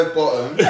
bottom